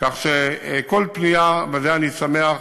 כך שכל פנייה בזה, אני שמח